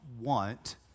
want